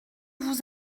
vous